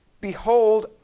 Behold